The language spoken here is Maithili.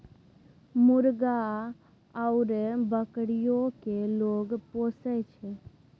मुर्गा आउर बकरीयो केँ लोग पोसय छै